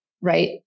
right